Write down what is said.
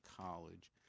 college